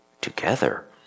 together